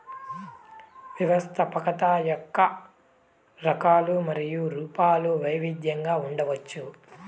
వ్యవస్థాపకత యొక్క రకాలు మరియు రూపాలు వైవిధ్యంగా ఉండవచ్చు